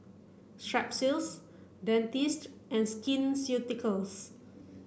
Strepsils Dentiste and Skin Ceuticals